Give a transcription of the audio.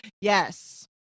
Yes